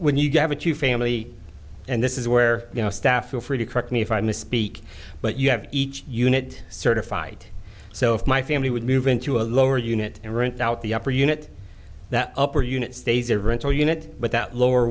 when you give it to family and this is where you know staff feel free to correct me if i misspeak but you have each unit certified so if my family would move into a lower unit and rent out the upper unit that upper unit stays a rental unit but that lower